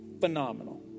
Phenomenal